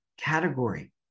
category